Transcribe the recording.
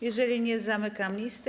Jeżeli nie, zamykam listę.